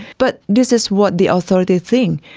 but this is what the authorities think,